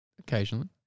Occasionally